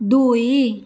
ଦୁଇ